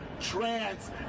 trans